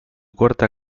corta